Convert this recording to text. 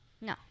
No